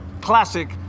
Classic